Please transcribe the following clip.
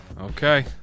Okay